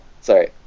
sorry